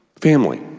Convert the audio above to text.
Family